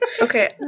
Okay